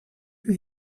you